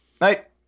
Night